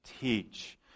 teach